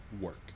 work